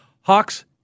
Hawks